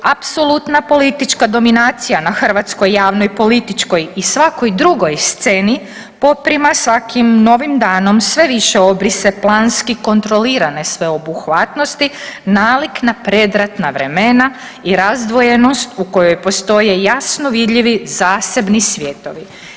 Apsolutna politička dominacija na hrvatskoj javnoj političkoj i svakoj drugoj sceni poprima svakim novim danom sve više obrise planski kontrolirane sveobuhvatnosti nalik na predratna vremena i razdvojenost u kojoj postoje jasno vidljivi zasebni svjetovi.